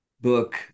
book